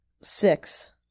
Six